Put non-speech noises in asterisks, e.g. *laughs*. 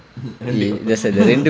இரண்டு:irandu couple *laughs*